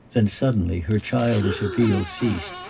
then, suddenly, her childish appeal ceased,